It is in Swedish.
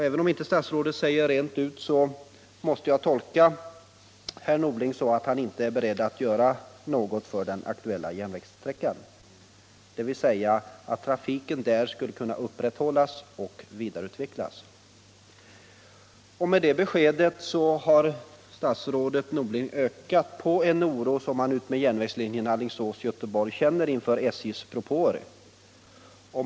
Även om inte statsrådet säger det rent ut måste jag tolka herr Norling så, att han inte är beredd att göra något för den aktuella järnvägssträckan, så att trafiken där kan upprätthållas och vidareutvecklas. Med det beskedet har statsrådet Norling ökat på en oro som man utmed järnvägslinjen Alingsås-Göteborg känner inför SJ:s propåer.